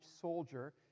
soldier